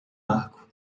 arco